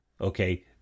Okay